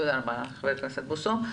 תודה ח"כ בוסו.